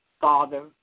father